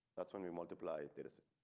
that's when we multiply this.